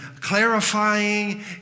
clarifying